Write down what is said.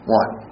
one